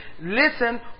Listen